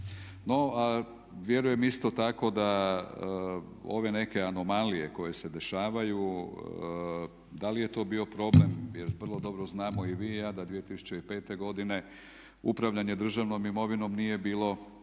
No, vjerujem isto tako da ove neke anomalije koje se dešavaju da li je to bio problem jer vrlo dobro znamo i vi i ja da 2005. godine upravljanje državnom imovinom nije bilo